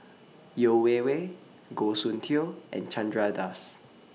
Yeo Wei Wei Goh Soon Tioe and Chandra Das